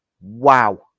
wow